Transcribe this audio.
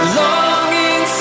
longing